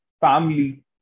family